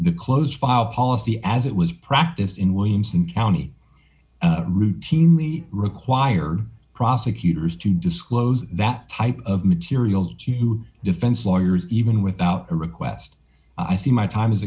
the close file policy as it was practiced in williamson county routinely required prosecutors to disclose that type of material to defense lawyers even without a request i see my time is